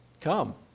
come